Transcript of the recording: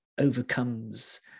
overcomes